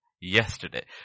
Yesterday